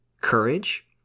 courage